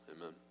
Amen